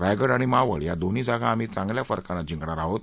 रायगड आणि मावळ या दो ही जागा आ ही चांग या फरकानं जिंकणार आहोत